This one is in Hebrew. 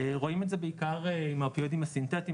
רואים את זה בעיקר עם אופיואידים הסינטטיים